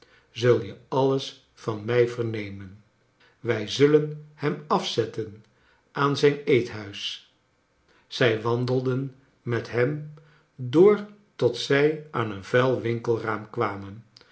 zul je alles van mij vernemen wij zullen hem afzetten aan zijn eethuis zij wandelden met hem door tot zij aan een vuil winkelraam kwamen